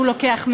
שהוא לוקח מאתנו.